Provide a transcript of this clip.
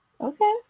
Okay